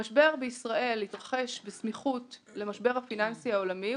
המשבר בישראל התרחש בסמיכות למשבר הפיננסי העולמי,